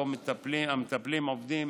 שבו המטפלים עובדים